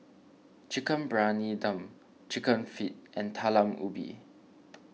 Chicken Briyani Dum Chicken Feet and Talam Ubi